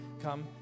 come